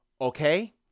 okay